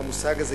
המושג הזה,